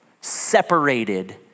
separated